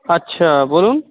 আচ্ছা বলুন